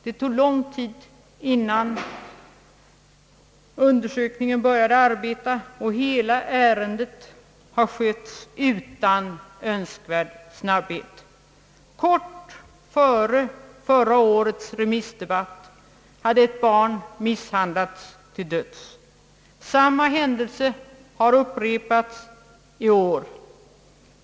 Det tog lång tid innan undersökningen började, och hela ärendet har skötts utan önskvärd snabbhet. Kort före remissdebatten i fjol hade ett barn misshandlats till döds. En liknande händelse har inträffat i år.